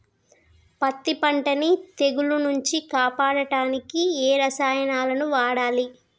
పత్తి పంటని తెగుల నుంచి కాపాడడానికి ఏ రసాయనాలను వాడాలి?